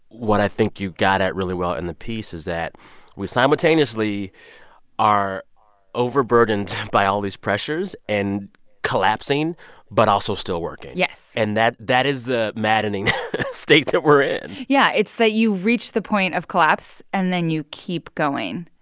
what i think you got at really well in the piece is that we simultaneously are overburdened by all these pressures and collapsing but also still working yes and that that is the maddening state that we're in yeah. it's that you reach the point of collapse, and then you keep going,